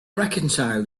reconcile